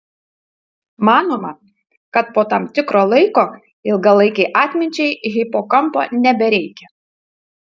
manoma kad po tam tikro laiko ilgalaikei atminčiai hipokampo nebereikia